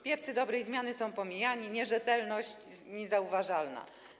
Piewcy dobrej zmiany są pomijani, nierzetelność - niezauważana.